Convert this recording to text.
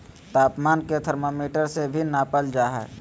तापमान के थर्मामीटर से भी नापल जा हइ